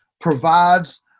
provides